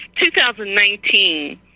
2019